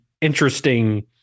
interesting